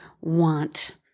want –